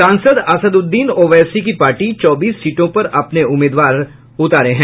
सांसद असदउद्दीन ओवैसी की पार्टी चौबीस सीटों पर अपने उम्मीदवार उतारे हैं